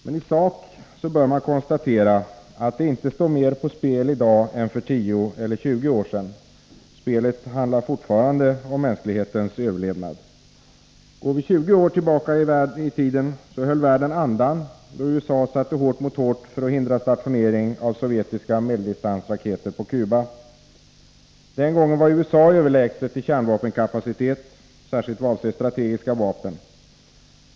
Men i sak bör man konstatera att det inte står mer på spel i dag än för 10 eller 20 år sedan. Spelet handlar fortfarande om mänsklighetens överlevnad. Går vi 20 år tillbaka i tiden höll världen andan då USA satte hårt mot hårt för att hindra stationering av sovjetiska medeldistansraketer på Cuba. Den gången var USA överlägset i kärnvapenkapacitet, särskilt vad avser strategiska vapen.